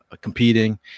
competing